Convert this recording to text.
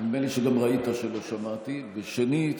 נדמה לי שגם ראית שלא שמעתי, שנית,